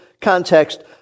context